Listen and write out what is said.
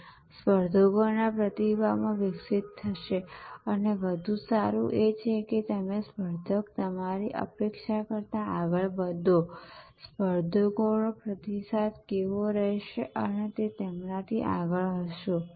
તે સ્પર્ધકોના પ્રતિભાવમાં વિકસિત થશે અને વધુ સારું એ છે કે તમે સ્પર્ધક તમારી અપેક્ષા કરતાં આગળ વધો સ્પર્ધકોનો પ્રતિસાદ કેવો હશે અને તમે તેમનાથી આગળ હશો